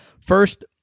First